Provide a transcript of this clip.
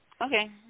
Okay